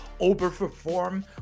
overperform